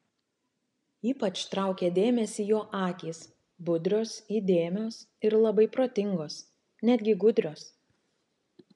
ypač traukė dėmesį jo akys budrios įdėmios ir labai protingos netgi gudrios